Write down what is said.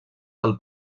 del